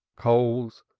coals,